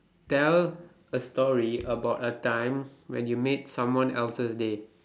tell a story about a time when you made someone else's day